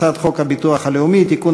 הצעת חוק הביטוח הלאומי (תיקון,